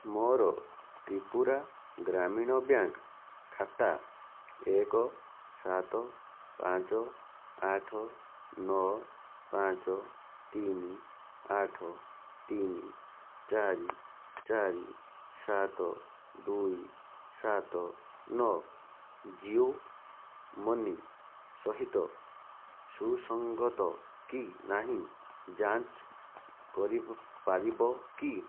ମୋର ତ୍ରିପୁରା ଗ୍ରାମୀଣ ବ୍ୟାଙ୍କ୍ ଖାତା ଏକ ସାତ ପାଞ୍ଚ ଆଠ ନଅ ପାଞ୍ଚ ତିନି ଆଠ ତିନି ଚାରି ଚାରି ସାତ ଦୁଇ ସାତ ନଅ ଜିଓ ମନି ସହିତ ସୁସଙ୍ଗତ କି ନାହିଁ ଯାଞ୍ଚ କରିପାରିବ କି